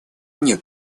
нет